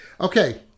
Okay